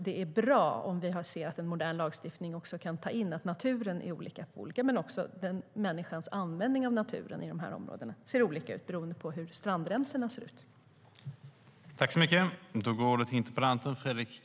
Det är bra om vi ser att en modern lagstiftning också kan ta in att naturen är olika och att människans användning av naturen i dessa områden ser olika ut beroende på hur strandremsorna ser ut.